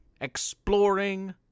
exploring